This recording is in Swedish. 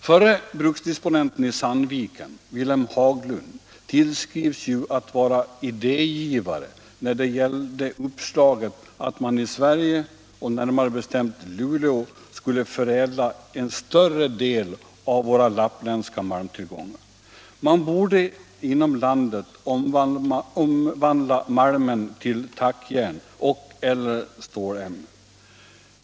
Förre bruksdisponenten i Sandviken, Wilhelm Haglund, tillskrivs ju rollen som idégivare när det gällde uppslaget att man i Sverige, närmare bestämt Luleå, skulle förädla en större del av våra lappländska malmtillgångar. Man borde inom landet omvandla malmen till tackjärn och/eller stålämnen.